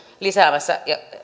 lisäämässä